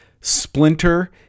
Splinter